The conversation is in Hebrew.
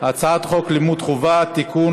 הצעת חוק לימוד חובה (תיקון,